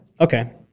Okay